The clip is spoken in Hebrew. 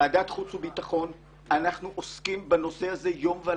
ועדת חוץ וביטחון אנחנו עוסקים בנושא הזה יום ולילה.